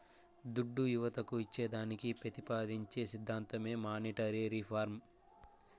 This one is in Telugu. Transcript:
దుడ్డు యువతకు ఇచ్చేదానికి పెతిపాదించే సిద్ధాంతమే మానీటరీ రిఫార్మ్